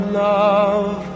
love